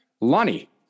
Lonnie